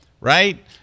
right